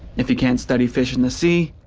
if you can't study fish in the sea,